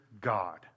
God